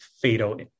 fatal